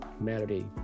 melody